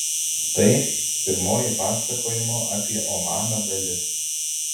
tai pirmoji pasakojimo apie omaną dalis